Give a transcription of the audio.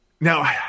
Now